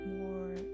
more